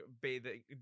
bathing